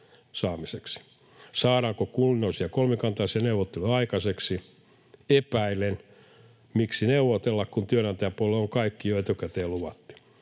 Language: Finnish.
Saadaanko kunnollisia kolmikantaisia neuvotteluja aikaiseksi? Epäilen. Miksi neuvotella, kun työnantajapuolelle on kaikki jo etukäteen luvattu?